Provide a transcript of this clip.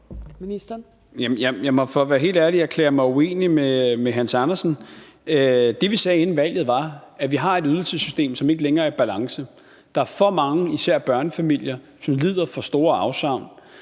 For at være helt ærlig må jeg erklære mig uenig med Hans Andersen. Det, vi sagde inden valget, var, at vi har en ydelsessystem, som ikke længere er i balance. Der er for mange, især børnefamilier, som lider for store afsavn.